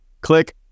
click